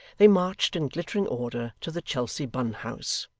they marched in glittering order to the chelsea bun house,